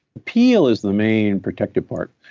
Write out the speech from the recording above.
peel is the main protective part.